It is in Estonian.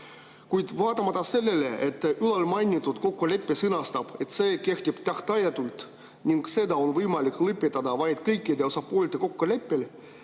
Vaatamata sellele, et ülalmainitud kokkulepe sõnastab, et see kehtib tähtajatult ning seda on võimalik lõpetada vaid kõikide osapoolte kokkuleppel,